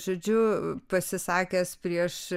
žodžiu pasisakęs prieš